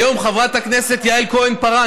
היום, חברת הכנסת יעל כהן-פארן.